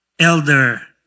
Elder